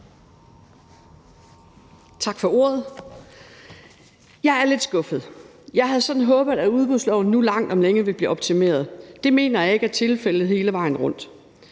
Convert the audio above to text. Tak for ordet. Jeg er lidt skuffet. Jeg havde sådan håbet, at udbudsloven nu langt om længe ville blive optimeret. Det mener jeg ikke er tilfældet hele vejen rundt.